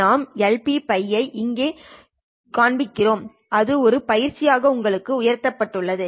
நாம் Lpτ ஐ இங்கே காண்பிப்பதற்காக அது ஒரு பயிற்சியாக உங்களுக்கு உயர்த்தப்பட்டுள்ளது